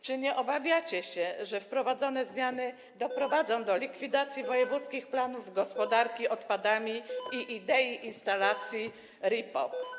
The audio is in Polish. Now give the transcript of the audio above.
Czy nie obawiacie się, że wprowadzone zmiany doprowadzą do likwidacji wojewódzkich planów gospodarki odpadami i idei instalacji RIPOK?